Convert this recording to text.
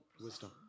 wisdom